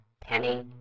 Penny